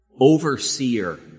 overseer